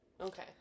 Okay